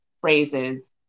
phrases